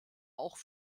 auch